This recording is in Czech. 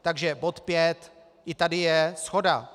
Takže bod šest, i tady je shoda.